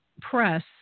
press